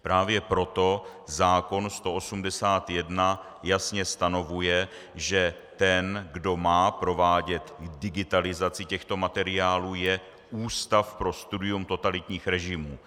Právě proto zákon 181 jasně stanovuje, že ten, kdo má provádět digitalizaci těchto materiálů, je Ústav pro studium totalitních režimů.